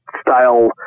style